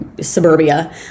suburbia